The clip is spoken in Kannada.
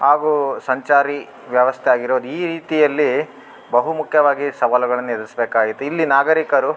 ಹಾಗೂ ಸಂಚಾರಿ ವ್ಯವಸ್ಥೆ ಆಗಿರೋದು ಈ ರೀತಿಯಲ್ಲಿ ಬಹು ಮುಖ್ಯವಾಗಿ ಸವಾಲುಗಳನ್ನು ಎದುರಿಸಬೇಕಾಯಿತು ಇಲ್ಲಿ ನಾಗರಿಕರು